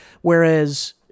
whereas